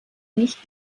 nicht